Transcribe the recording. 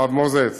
הרב מוזס,